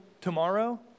tomorrow